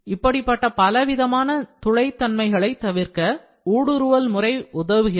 இப்படிப்பட்ட பலவிதமான துளைதன்மைகளை தவிர்க்க ஊடுருவல் முறை உதவுகிறது